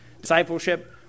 discipleship